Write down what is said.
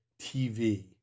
TV